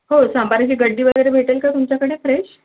हो सांबाराची गड्डी वगैरे भेटेल का तुमच्याकडे फ्रेश